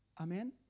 Amen